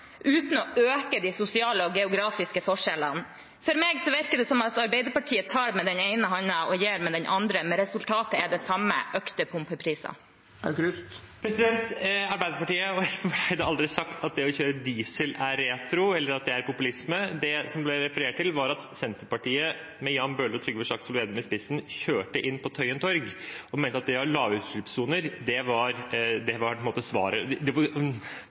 uten å øke de sosiale og geografiske forskjellene? For meg virker det som Arbeiderpartiet tar med den ene hånden og gir med den andre, men resultatet er det samme: økte pumpepriser. Arbeiderpartiet og Espen Barth Eide har aldri sagt at å kjøre diesel er retro eller at det er populisme. Det som ble referert til, var at Senterpartiet med Jan Bøhler og Trygve Slagsvold Vedum i spissen kjørte inn på Tøyen Torg og mente at å ha lavutslippssoner var på en måte det verste en kunne se for seg. Det som er rart med det,